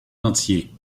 entier